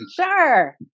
Sure